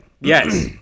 Yes